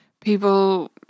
people